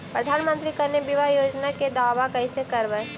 प्रधानमंत्री कन्या बिबाह योजना के दाबा कैसे करबै?